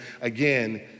Again